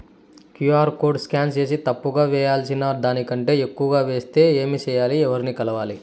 QR code scan సేసి తప్పు గా వేయాల్సిన దానికంటే ఎక్కువగా వేసెస్తే ఏమి సెయ్యాలి? ఎవర్ని కలవాలి?